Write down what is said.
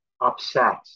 upset